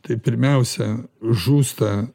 tai pirmiausia žūsta